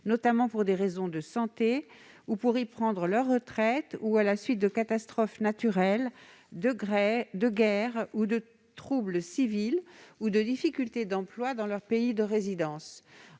notamment pour des raisons de santé, pour y prendre leur retraite ou à la suite de catastrophes naturelles, de guerres ou de troubles civils ou de difficultés d'emploi dans leur pays de résidence.